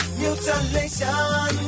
mutilation